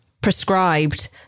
prescribed